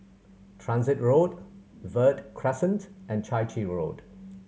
Transit Road Verde Crescent and Chai Chee Road